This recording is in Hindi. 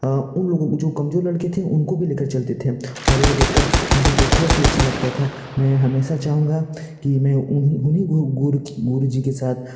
उन लोगों को जो कमजोर लड़के थे उनको भी लेकर चलते थे और यह देखकर मुझे बहुत ही अच्छा लगता है मैं हमेशा चाहूँगा कि मैं उन्हीं गुरु की गुरुजी के साथ